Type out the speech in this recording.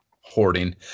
hoarding